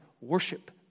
worship